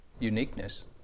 uniqueness